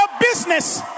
business